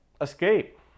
escape